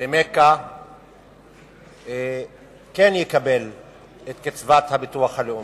למכה כן יקבל את קצבת הביטוח הלאומי.